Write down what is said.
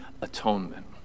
atonement